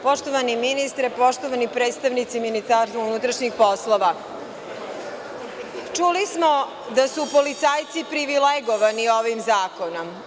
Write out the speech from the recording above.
Poštovani ministre, poštovani predstavnici Ministarstva unutrašnjih poslova, čuli smo da su policajci privilegovani ovim zakonom.